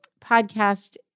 podcast